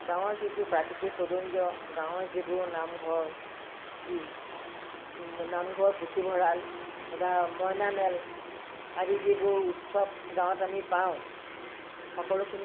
গাঁৱৰ যিটো প্ৰাকৃতিক সৌন্দৰ্য গাঁৱৰ যিবোৰ নামঘৰ নামঘৰ পুথিভঁৰাল বা মইনামেল আদি যিবোৰ উৎসৱ গাঁৱত আমি পাওঁ